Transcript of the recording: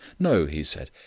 no, he said.